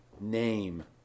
name